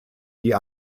die